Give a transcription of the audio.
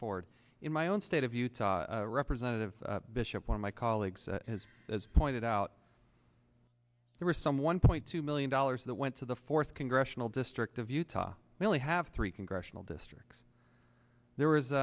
forward in my own state of utah representative bishop one of my colleagues as pointed out there were some one point two million dollars that went to the fourth congressional district of utah we only have three congressional districts there was